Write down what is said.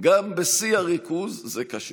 גם בשיא הריכוז זה קשה,